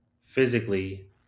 physically